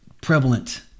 prevalent